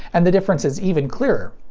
and the difference is even clearer.